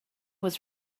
was